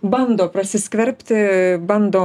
bando prasiskverbti bando